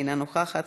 אינה נוכחת.